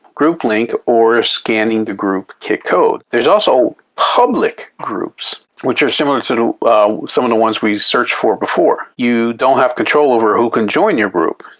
group link or scanning the group kik code. there's also public groups which are similar to some of the ones we searched for before. you don't have control over who can join your group.